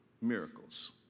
miracles